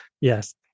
Yes